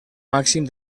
màxim